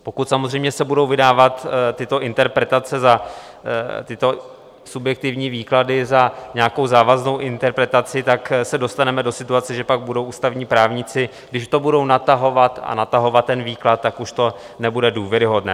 Pokud samozřejmě se budou vydávat tyto interpretace, tyto subjektivní výklady, za nějakou závaznou interpretaci, tak se dostaneme do situace, že pak budou ústavní právníci natahovat a natahovat ten výklad, tak už to nebude důvěryhodné.